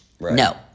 No